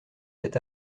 cet